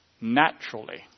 naturally